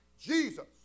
Jesus